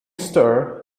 stir